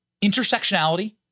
intersectionality